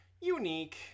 Unique